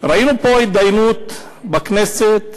ראינו פה הידיינות בכנסת,